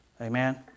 Amen